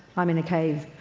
i'm in a cave.